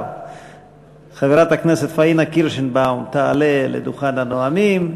חברת הכנסת פניה קירשנבאום, תעלה לדוכן הנואמים,